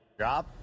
drop